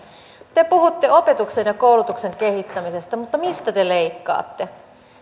te te puhutte opetuksen ja koulutuksen kehittämisestä mutta mistä te leikkaatte